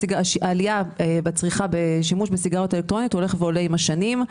העלייה בצריכה בשימוש בסיגריות אלקטרוניות הולך ועולה עם השנים.